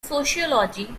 sociology